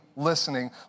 listening